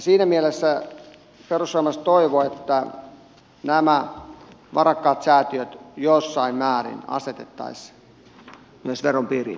siinä mielessä perussuomalaiset toivovat että nämä varakkaat säätiöt jossain määrin asetettaisiin myös veron piiriin